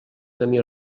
camí